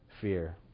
fear